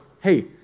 hey